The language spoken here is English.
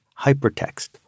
hypertext